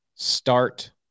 start